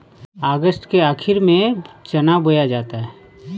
अगस्त के आखिर में चना बोया जाता है